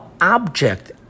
object